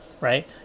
right